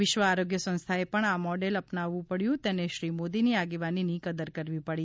વિશ્વ આરોગ્ય સંસ્થાએ પણ આ મોડેલ અપનાવવું પડ્યું તેને શ્રી મોદીની આગેવાનીની કદર ગણવી પડે